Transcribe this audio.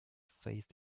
phase